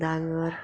दांगर